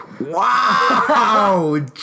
Wow